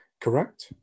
correct